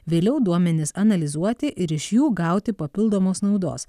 vėliau duomenis analizuoti ir iš jų gauti papildomos naudos